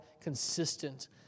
consistent